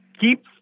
keep